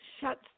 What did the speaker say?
shuts